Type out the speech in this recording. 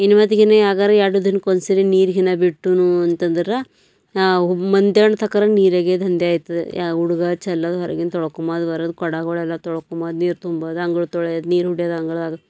ಇನ್ನು ಇವತ್ತಿಗೇನೇ ಯಾದರ ಎರಡು ದಿನಕ್ಕೊಂದು ಸರಿ ನೀರು ಹೀನ ಬಿಟ್ಟುನು ಅಂತಂದ್ರೆ ಮಂದ್ಯಾನ್ ತಕನ ನೀರಾಗೆ ದಂಧೆ ಆಯ್ತದೆ ಯಾ ಹುಡುಗ ಚಲ್ಲೋದು ಹೊರಗಿನ ತೊಳ್ಕೊಮ್ಬರೋದು ಕೊಡಗಳೆಲ್ಲ ತೊಳ್ಕೊಮೋದು ನೀರು ತುಂಬೋದು ಅಂಗಳ ತೊಳಿಯೋದು ನೀರು ಹೊಡಿಯೋದು ಅಂಗಳದಾಗ